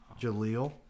Jaleel